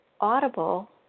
Audible